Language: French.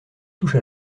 touche